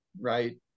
Right